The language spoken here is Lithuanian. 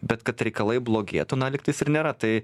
bet kad reikalai blogėtų na lygtais ir nėra tai